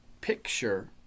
picture